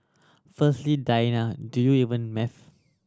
firstly Diana do you even maths